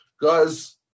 Guys